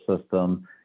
system